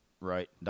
right